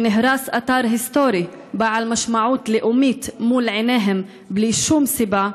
שנהרס אתר היסטורי בעל משמעות לאומית מול עיניהם בלי שום סיבה.